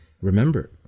Remember